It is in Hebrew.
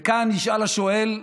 וכאן ישאל השואל: